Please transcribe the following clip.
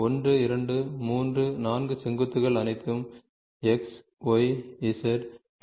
1 2 3 4 செங்குத்துகள் அனைத்தும் X Y Z